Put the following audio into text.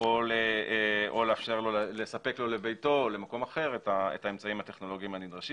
או לספק לו לביתו או למקום אחר את האמצעים הטכנולוגיים הנדרשים.